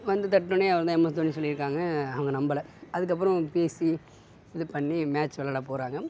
வந்து தட்டினோனையே அவர்தான் எம் எஸ் தோனின்னு சொல்லியிருக்காங்க அவங்க நம்பலை அதுக்கப்புறோம் பேசி இது பண்ணி மேட்ச் விளாட போறாங்க